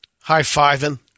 High-fiving